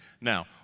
now